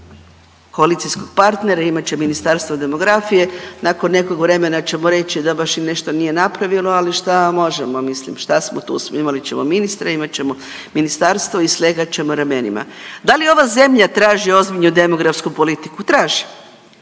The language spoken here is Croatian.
koalicijskog partnera imat će Ministarstvo demografije. Nakon nekog vremena ćemo reći da baš i nešto nije napravilo, ali šta možemo, mislim šta smo tu smo, imat ćemo ministre, imat ćemo ministarstvo i slijegat ćemo ramenima. Da li ova zemlja traži ozbiljnu demografsku politiku? Traži.